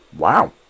Wow